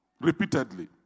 repeatedly